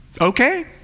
okay